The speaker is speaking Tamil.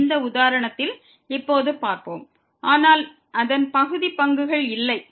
இது இந்த உதாரணத்தில் இப்போது பார்ப்போம் ஆனால் அதன் பகுதி பங்குகள் இல்லை